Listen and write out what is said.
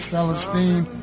Celestine